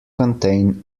contain